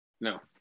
No